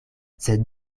sed